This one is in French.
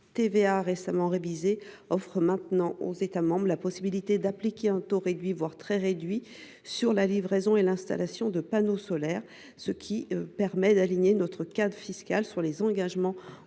TVA révisée offre aux États membres la possibilité d’appliquer un taux réduit, voire un taux très réduit, sur la livraison et l’installation de panneaux solaires, ce qui permet d’aligner notre cadre fiscal sur les engagements